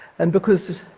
and because,